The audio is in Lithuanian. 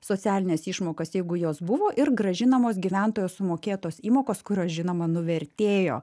socialines išmokas jeigu jos buvo ir grąžinamos gyventojo sumokėtos įmokos kurios žinoma nuvertėjo